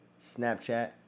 Snapchat